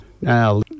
Now